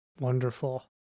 Wonderful